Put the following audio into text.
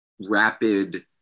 rapid